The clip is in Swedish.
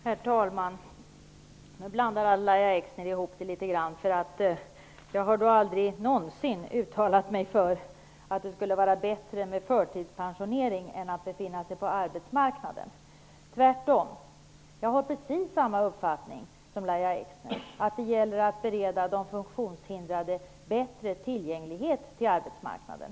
Herr talman! Nu blandar Lahja Exner ihop det litet grand. Jag har aldrig någonsin uttalat mig för att det skulle vara bättre med förtidspensionering än att befinna sig på arbetsmarknaden. Jag har tvärtom precis samma uppfattning som Lahja Exner, att det gäller att bereda de funktionshindrade bättre tillgång till arbetsmarknaden.